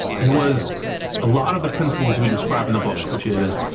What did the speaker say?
it was a lot of the principles we described in the book, which is,